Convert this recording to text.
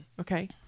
Okay